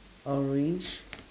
orange